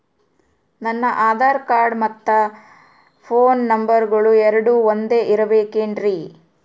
ನನ್ನ ಆಧಾರ್ ಕಾರ್ಡ್ ಮತ್ತ ಪೋನ್ ನಂಬರಗಳು ಎರಡು ಒಂದೆ ಇರಬೇಕಿನ್ರಿ?